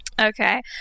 Okay